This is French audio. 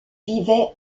vivait